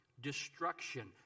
destruction